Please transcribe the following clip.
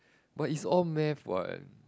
but is all math what